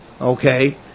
okay